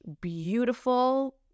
beautiful